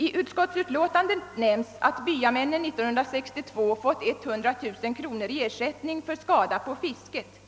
I utskottsutlåtandet nämns att byamännen år 1962 fått 100 000 kronor i ersättning för skada på fisket,